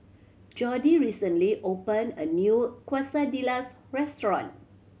Jordy recently opened a new Quesadillas restaurant